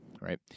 right